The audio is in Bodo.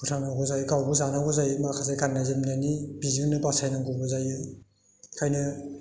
फोथांनांगौ जायो गावबो जानांगौ जायो माखासे गाननाय जोमनायनि बिदिनो बासायनांगौबो जायो ओंखायनो